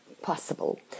possible